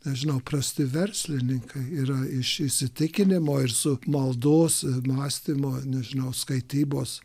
nežinau prasti verslininkai yra iš įsitikinimo ir su maldos mąstymo nežinau skaitybos